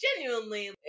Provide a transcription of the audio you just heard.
genuinely